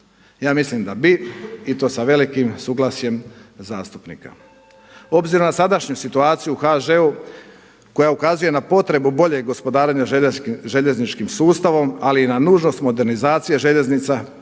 Ja mislim da bi i to sa velikim suglasjem zastupnika. Obzirom na sadašnju situaciju u HŽ-u koja ukazuje na potrebu boljeg gospodarenja željezničkim sustavom ali i na nužnost modernizacije željeznica,